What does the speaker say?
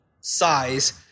size